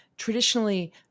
Traditionally